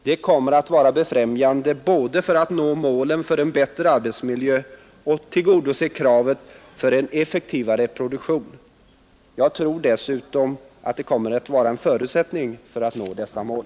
Det kommer att vara befrämjande både för att nå målet med en bättre arbetsmiljö och för att tillgodose kravet på en effektivare produktion. Jag tror dessutom att det kommer att vara en förutsättning för att nå dessa mål.